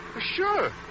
Sure